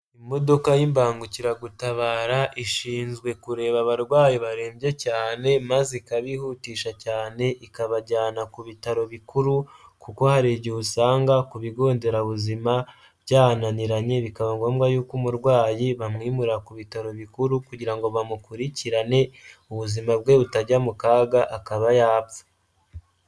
Imodoka y'imbangukiragutabara ishinzwe kureba abarwayi barembye cyane maze ikabihutisha cyane ikabajyana ku bitaro bikuru kuko hari igihe usanga ku bigo nderabuzima byananiranye bikaba ngombwa y'uko umurwayi bamwimurira ku bitaro bikuru kugira ngo bamukurikirane ubuzima bwe butajya mu kaga akaba yapfa.